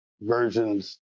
versions